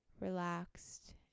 relaxed